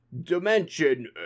Dimension